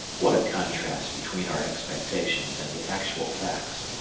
what a contrast between our expectations and the actual facts.